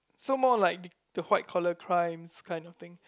so more like the white collar crimes kind of thing